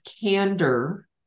candor